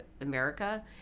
America